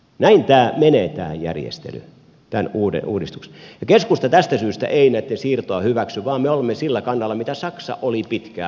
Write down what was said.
näin tämä järjestely menee tämän uudistuksen myötä ja keskusta tästä syystä ei näitten siirtoa hyväksy vaan me olemme sillä kannalla jolla saksa oli pitkään